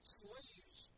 slaves